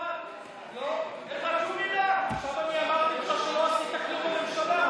לא מוסיפים חצי אישה בתוך החוק,